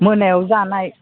मोनायाव जानाय